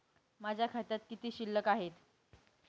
माझ्या खात्यात किती शिल्लक आहे?